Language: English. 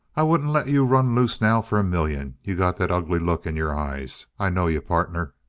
i wouldn't let you run loose now for a million. you got that ugly look in your eyes. i know you, partner!